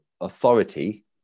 authority